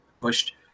pushed